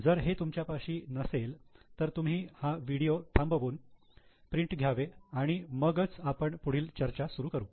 जर हे तुमच्यापाशी नसेल तर तुम्ही हा व्हिडिओ थांबवून प्रिंट घ्यावे आणि मगच आपण पुढील चर्चा सुरू करू